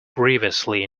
grievously